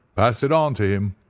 pass it on to him,